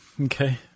Okay